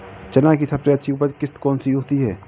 चना की सबसे अच्छी उपज किश्त कौन सी होती है?